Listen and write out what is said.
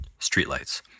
streetlights